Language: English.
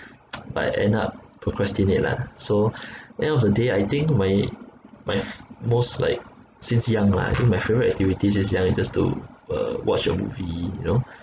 but I end up procrastinate lah so end of the day I think my my f~ most like since young lah I think my favourite activity since young is just to uh watch a movie you know